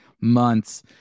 months